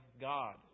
God